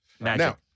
Now